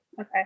Okay